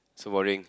so boring